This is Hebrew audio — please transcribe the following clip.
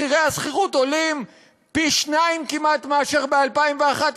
מחירי השכירות עולים פי-שניים כמעט מאשר ב-2011,